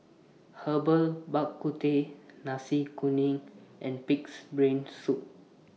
Herbal Bak Ku Teh Nasi Kuning and Pig'S Brain Soup